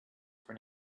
for